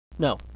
No